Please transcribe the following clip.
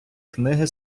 книги